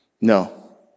no